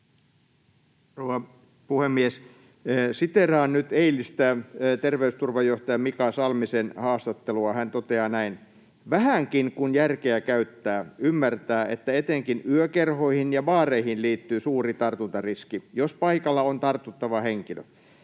puhemies! Siteeraan nyt eilistä ter-veysturvajohtaja Mika Salmisen haastattelua. Hän toteaa näin: ”Vähänkin kun järkeä käyttää, ymmärtää, että etenkin yökerhoihin ja baareihin liittyy suuri tartuntariski, jos paikalla on tartuttava henkilö.